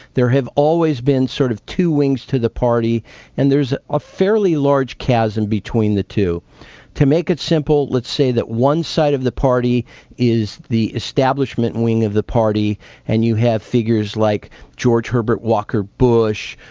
there have always been sort of two wings to the party and there's a fairly large chasm between the to make it simple, let's say that one side of the party is the establishment wing of the party and you have figures like george herbert walker bush,